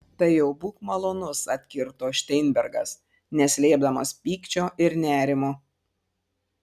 tai jau būk malonus atkirto šteinbergas neslėpdamas pykčio ir nerimo